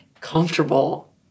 comfortable